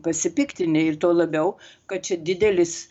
pasipiktinę ir tuo labiau kad čia didelis